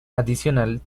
adicional